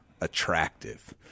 attractive